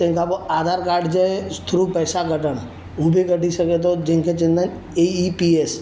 तंहिंखां पोइ आधार कार्ड जे थ्रू पैसा कढण हू बि कढी सघे थो जंहिंखे चवंदा आहिनि ए ई पी ऐस